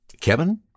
Kevin